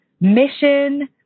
mission